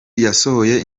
yasohoye